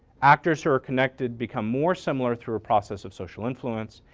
actors who are connected become more similar through a process of social influence.